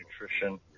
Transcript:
nutrition